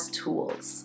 tools